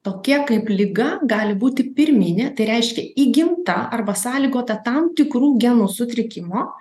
tokie kaip liga gali būti pirminė tai reiškia įgimta arba sąlygota tam tikrų genų sutrikimo